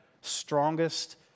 strongest